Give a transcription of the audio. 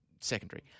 Secondary